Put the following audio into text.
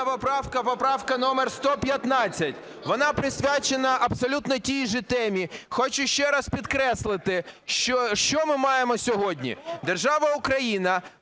поправка номер 115. Вона присвячена абсолютно тій же темі. Хочу ще раз підкреслити, що ми маємо сьогодні. Держава Україна